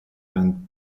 band